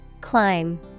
Climb